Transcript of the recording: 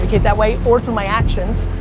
that way, or through my actions,